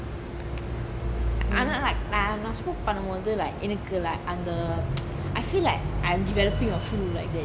நான்:naan smoke பண்ணும்போது:panumbothu like என்னக்கு:ennaku like அந்த:antha I feel like I'm developing a flu like that